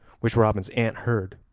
which robin's aunt heard,